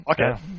Okay